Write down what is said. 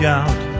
out